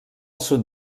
sud